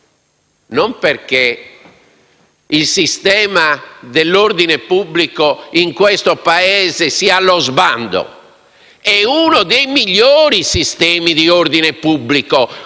non perché il sistema dell'ordine pubblico in questo Paese sia allo sbando, anzi è uno dei migliori sistemi di ordine pubblico,